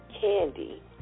Candy